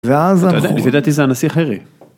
-ואז... -אתה יודע, לפי דעתי זה הנסיך הארי